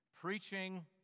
preaching